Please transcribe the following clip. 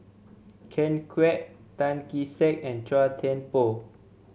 Ken Kwek Tan Kee Sek and Chua Thian Poh